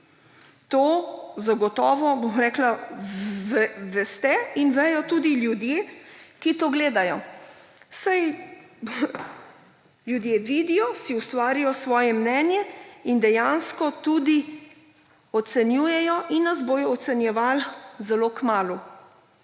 To zagotovo veste in vedo tudi ljudje, ki to gledajo. Saj, ljudje vidijo, si ustvarijo svoje mnenje in dejansko tudi ocenjujejo in nas bodo ocenjevali zelo kmalu.